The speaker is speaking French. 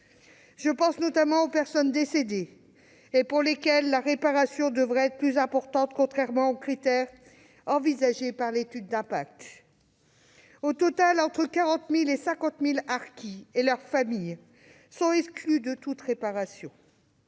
Je pense notamment aux conjoints de personnes décédées, pour lesquelles la réparation devrait être plus importante, à rebours des critères envisagés dans l'étude d'impact. Au total, entre 40 000 et 50 000 harkis et membres de leurs familles sont exclus de toute réparation.